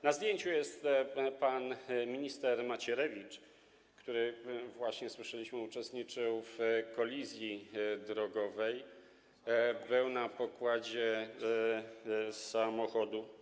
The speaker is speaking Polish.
Na zdjęciu jest pan minister Macierewicz, który, jak właśnie słyszeliśmy, uczestniczył w kolizji drogowej, był na pokładzie samochodu.